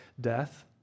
death